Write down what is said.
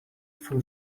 full